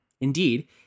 Indeed